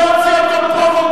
להוציא אותו מייד.